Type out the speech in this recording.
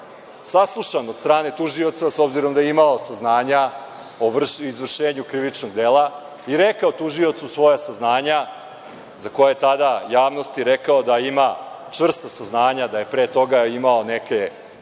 saslušan od strane tužioca, s obzirom da je imao saznanja o izvršenju krivičnog dela i rekao tužiocu svoja saznanja za koja je tada javnosti rekao da ima čvrsta saznanja da je pre toga imao neke sumnje